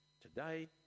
Today